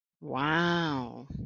Wow